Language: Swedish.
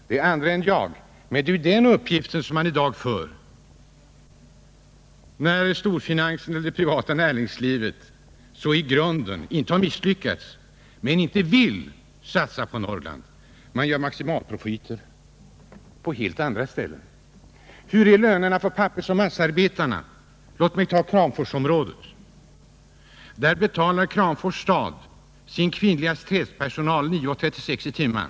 Man får dock i dag den uppfattningen att arbetsmarknadsstyrelsen måste vara städgumma när storfinansen och det privata näringslivet så absolut vägrar att satsa på Norrland — även om de inte har misslyckats i och för sig. Privata intressen gör maximala profiter på helt andra ställen. Hurudana är lönerna för pappersoch massaarbetarna? Låt mig ta ett exempel från Kramforsområdet. Kramfors stad betalar sin kvinnliga städpersonal kronor 9:36 i timmen.